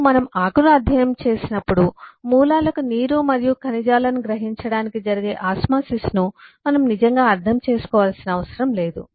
మరియు మనము ఆకును అధ్యయనం చేసినప్పుడు మూలాలకు నీరు మరియు ఖనిజాలను గ్రహించడానికి జరిగే ఆస్మాసిస్ను మనం నిజంగా అర్థం చేసుకోవలసిన అవసరం లేదు